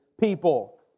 people